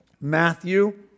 Matthew